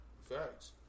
Facts